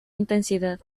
intensidad